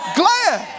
glad